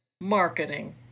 Marketing